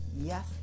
yes